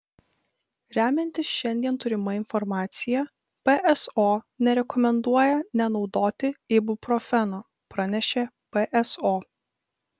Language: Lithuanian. remiantis šiandien turima informacija pso nerekomenduoja nenaudoti ibuprofeno pranešė pso